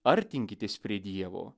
artinkitės prie dievo